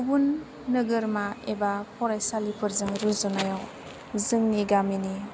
गुबुन नोगोरमा एबा फरायसालिफोरजों रुजुनायाव जोंनि गामिनि